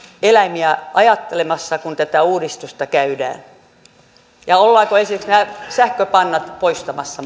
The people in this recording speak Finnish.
eläimiä ajattelemassa kun tätä uudistusta tehdään ja ollaanko esimerkiksi nämä sähköpannat mahdollisesti poistamassa